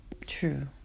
true